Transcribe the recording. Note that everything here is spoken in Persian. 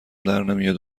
درنمیاد